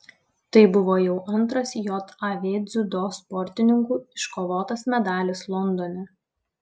tai buvo jau antras jav dziudo sportininkų iškovotas medalis londone